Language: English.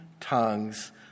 tongues